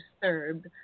disturbed